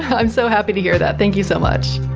i'm so happy to hear that, thank you so much